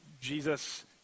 Jesus